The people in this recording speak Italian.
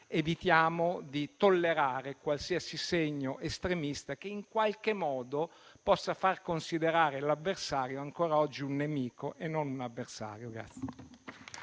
evitiamo di tollerare qualsiasi segno estremista che in qualche modo possa far considerare l'avversario ancora oggi un nemico e non un avversario.